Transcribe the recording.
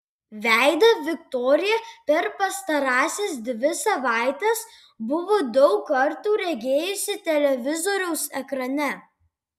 veidą viktorija per pastarąsias dvi savaites buvo daug kartų regėjusi televizoriaus ekrane